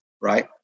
Right